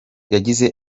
yagize